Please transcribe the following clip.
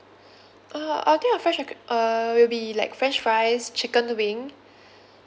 uh are there uh will be like french fries chicken wing